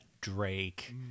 Drake